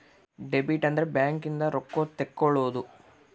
debit ಅಂದ್ರ bank ಇಂದ ರೊಕ್ಕ ತೆಕ್ಕೊಳೊದು